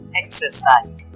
exercise